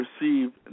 received